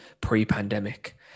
pre-pandemic